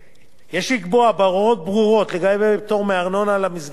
יש לקבוע הוראות ברורות לגבי פטור מארנונה למסגרות האמורות.